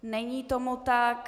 Není tomu tak.